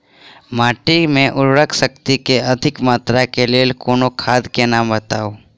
माटि मे उर्वरक शक्ति केँ अधिक मात्रा केँ लेल कोनो खाद केँ नाम बताऊ?